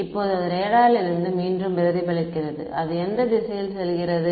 இப்போது அது ரேடாரிலிருந்து மீண்டும் பிரதிபலிக்கிறது அது எந்த திசையில் செல்கிறது